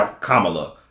Kamala